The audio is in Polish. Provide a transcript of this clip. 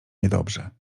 niedobrze